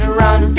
run